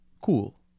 cool